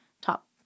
top